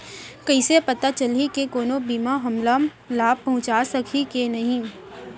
कइसे पता चलही के कोनो बीमा हमला लाभ पहूँचा सकही के नही